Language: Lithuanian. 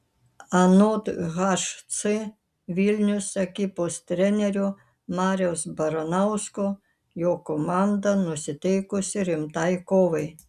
anot hc vilnius ekipos trenerio mariaus baranausko jo komanda nusiteikusi rimtai kovai